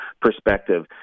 perspective